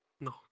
No